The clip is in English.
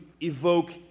evoke